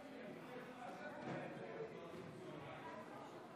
הפקדות ברירת מחדל לחיסכון ארוך טווח לילדים),